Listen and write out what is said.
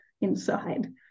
inside